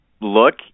look